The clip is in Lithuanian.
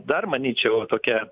dar manyčiau tokia